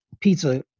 pizza